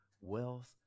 wealth